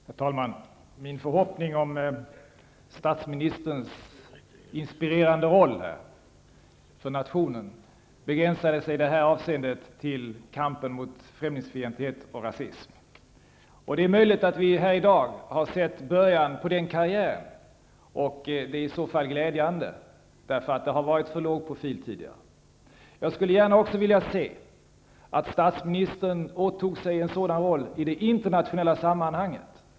Herr talman! Min förhoppning om statsministerns inspirerande roll för nationen begränsades i detta avseende till kampen mot främlingsfientlighet och rasism. Det är möjligt att vi här i dag har sett början på en karriär. Det är i så fall glädjande, för profilen var för låg tidigare. Jag skulle också gärna se att statsministern åtog sig en sådan roll i det internationella sammanhanget.